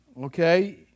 okay